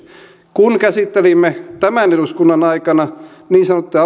kun käsittelimme tämän eduskunnan aikana niin sanottuja